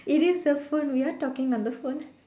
it is a phone we are talking on the phone